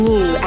New